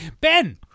Ben